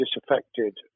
disaffected